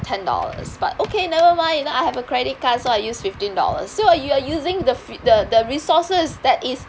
ten dollars but okay never mind you know I have a credit card so I use fifteen dollars so uh you are using the f~ the resources that is